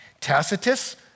Tacitus